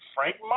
Frank